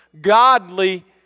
godly